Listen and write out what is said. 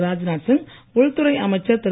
ராஜ்நாத் சிங் உள்துறை அமைச்சர் திரு